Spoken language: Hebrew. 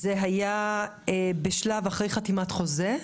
זה היה בשלב אחרי חתימת חוזה,